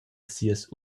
sias